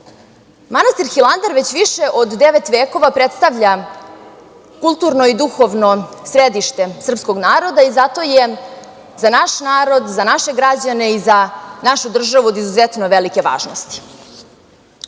Manastira Hilandar već više od devet vekova predstavlja kulturno i duhovno središte srpskog naroda i zato je za naš narod, za naše građane i za našu državu od izuzetno velike važnosti. Zakonom